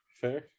fair